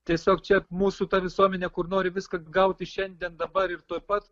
tiesiog čia mūsų ta visuomenė kur nori viską gauti šiandien dabar ir tuoj pat